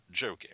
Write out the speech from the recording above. joking